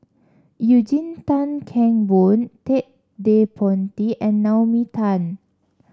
Eugene Tan Kheng Boon Ted De Ponti and Naomi Tan